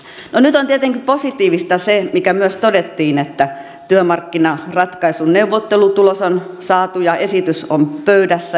no nyt on tietenkin positiivista se mikä myös todettiin että työmarkkinaratkaisun neuvottelutulos on saatu ja esitys on pöydässä